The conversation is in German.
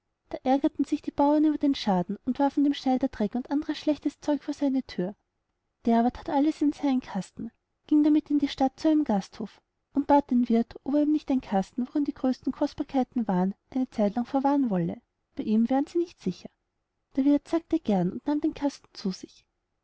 ärgerten sich die bauern über den schaden und warfen dem schneider dreck und ander schlechtes zeug vor seine thür der aber that alles in seinen kasten ging damit in die stadt in einen gasthof und bat den wirth ob er ihm nicht den kasten worin die größten kostbarkeiten wären eine zeit lang verwahren wolle bei ihm wären sie nicht sicher der wirth sagte recht gern und nahm den kasten zu sich